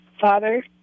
father